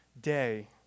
day